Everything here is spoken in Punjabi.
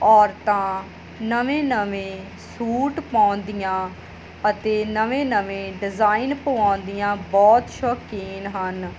ਔਰਤਾਂ ਨਵੇਂ ਨਵੇਂ ਸੂਟ ਪਾਉਂਦੀਆਂ ਅਤੇ ਨਵੇਂ ਨਵੇਂ ਡਿਜ਼ਾਇਨ ਪਵਾਉਣ ਦੀਆਂ ਬਹੁਤ ਸ਼ੌਕੀਨ ਹਨ